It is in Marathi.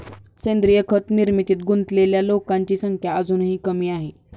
सेंद्रीय खत निर्मितीत गुंतलेल्या लोकांची संख्या अजूनही कमी आहे